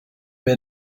bij